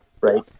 Right